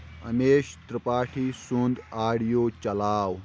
امیش ترپاٹھی سُنٛد آڈیو چلاو